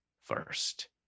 first